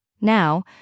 Now